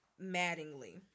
Mattingly